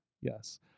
Yes